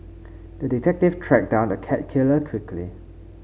the detective tracked down the cat killer quickly